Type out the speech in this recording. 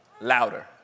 louder